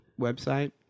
website